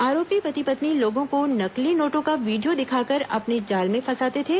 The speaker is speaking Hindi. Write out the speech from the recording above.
आरोपी पति पत्नी लोगों को नकली नोटों का वीडियो दिखाकर अपने जाल में फंसाते थे